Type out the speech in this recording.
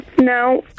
No